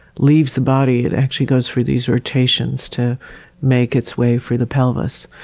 leaves the body, it actually goes through these rotations to make its way through the pelvis.